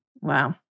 Wow